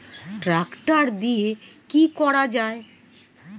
Tractor দিয়ে কি করা যায়?